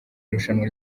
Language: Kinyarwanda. irushanwa